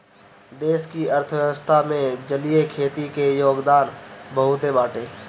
देश के अर्थव्यवस्था में जलीय खेती के योगदान बहुते बाटे